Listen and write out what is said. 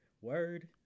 Word